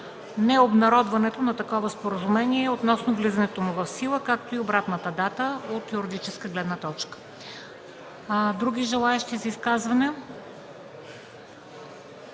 необнародването на такова Споразумение относно влизането му в сила, както и обратната дата от юридическа гледна точка. Други желаещи за изказвания?